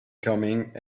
coming